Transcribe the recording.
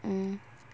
mm